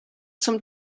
zum